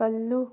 ꯀꯜꯂꯨ